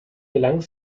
gelang